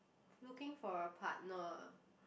looking for a partner